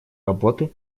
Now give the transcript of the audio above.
работы